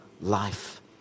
life